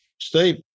Steve